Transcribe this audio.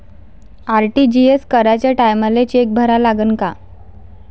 RTGS कराच्या टायमाले cheque भरा लागन का?